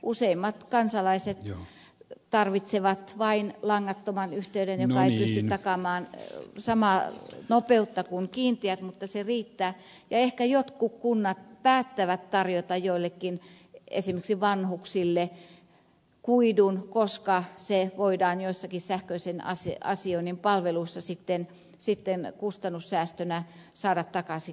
useimmat kansalaiset tarvitsevat vain langattoman yhteyden joka ei pysty takaamaan samaa nopeutta kuin kiinteät mutta se riittää ja ehkä jotkut kunnat päättävät tarjota joillekin esimerkiksi vanhuksille kuidun koska se voidaan joissakin sähköisen asioinnin palveluissa sitten kustannussäästönä saada takaisin kunnalle